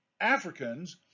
Africans